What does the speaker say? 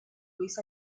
luis